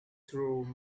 through